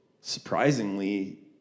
surprisingly